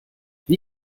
wie